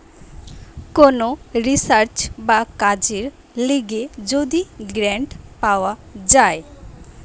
কোন রিসার্চ বা কাজের লিগে যদি গ্রান্ট পাওয়া যায়